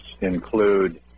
include